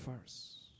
first